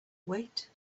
wait